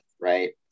right